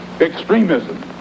extremism